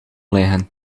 liggen